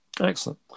excellent